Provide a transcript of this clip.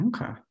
Okay